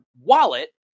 wallet